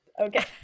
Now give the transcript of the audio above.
Okay